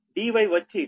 dy వచ్చి D1 కు సమానం